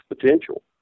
potential